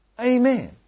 Amen